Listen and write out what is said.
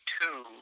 two